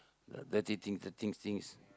dirty things the things things